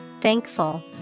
thankful